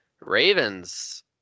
Ravens